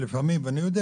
אני יודע